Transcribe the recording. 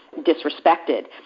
disrespected